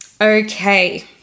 Okay